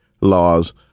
laws